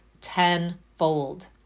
tenfold